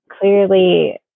Clearly